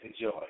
Enjoy